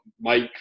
Mike